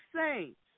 Saints